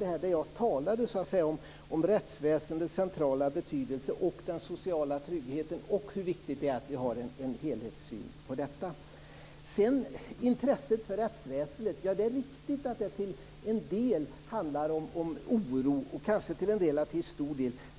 här. Jag talade om rättsväsendets centrala betydelse, den sociala tryggheten och hur viktigt det är att vi har en helhetssyn på det. Det är riktigt att intresset för rättsväsendet till en del, kanske en relativt stor del, handlar om oro.